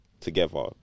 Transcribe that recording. together